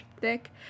thick